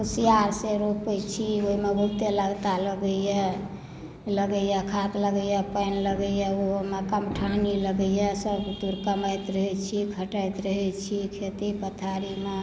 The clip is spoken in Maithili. कुशियार से रोपय छी ओइमे बहुते लगता लगइए लगइए खाद लगइए पानि लगइए ओहूमे कमठौनी लगइए सब कमाइत रहय छी खटैत रहय छी खेती पथारीमे